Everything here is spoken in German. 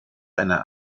einer